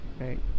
right